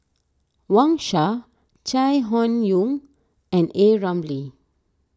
Wang Sha Chai Hon Yoong and A Ramli